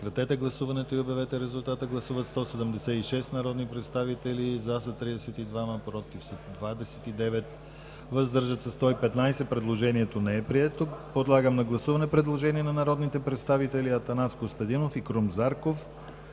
не е подкрепено от Комисията. Гласували 176 народни представители: за 32, против 29, въздържали се 115. Предложението не е прието. Подлагам на гласуване предложение на народните представители Атанас Костадинов и Крум Зарков,